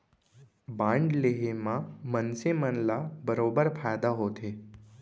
bond लेहे म मनसे मन ल बरोबर फायदा होथे